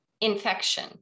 infection